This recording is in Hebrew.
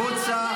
החוצה.